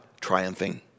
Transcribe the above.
triumphing